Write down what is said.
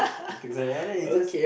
and things like that and then it just